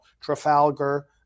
Trafalgar